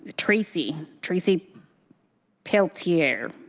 tracy, tracy filter.